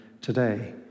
today